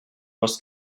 was